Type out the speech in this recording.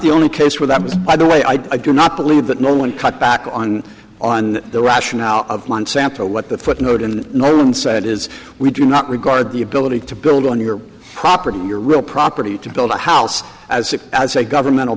the only case where that was by the way i do not believe that no one cut back on on the rationale of monsanto but the footnote in the no one said is we do not regard the ability to build on your property your real property to build a house as it as a governmental